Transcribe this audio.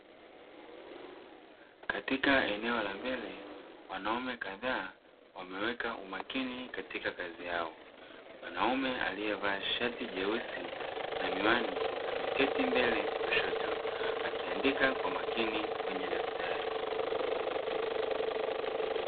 Katika eneo la mbele wanaume kadhaa wameweka umakini katika kazi yao. Mwanaume aliyevaa shati jeusi na miwani, ameketi mbele kushoto akiandika kwa makini kwenye daftari.